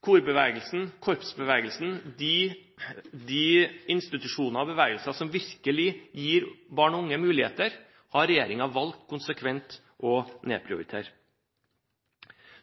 korbevegelsen, korpsbevegelsen, de institusjoner og bevegelser som virkelig gir barn og unge muligheter, har regjeringen valgt konsekvent å nedprioritere.